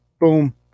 boom